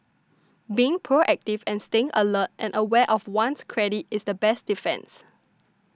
being proactive and staying alert and aware of one's credit is the best defence